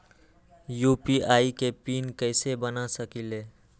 UPI के PIN कैसे बना सकीले?